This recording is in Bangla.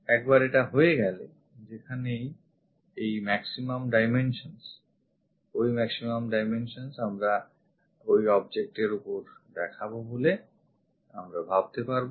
একবার এটা হয়ে গেলে যেখানেই এই maximum dimensions ওই maximum dimensions আমরা ওই objectএর ওপর দেখাবো বলে আমরা ভাবতে পারবো